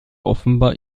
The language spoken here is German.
offenbar